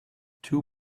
two